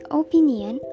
opinion